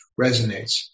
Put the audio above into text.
resonates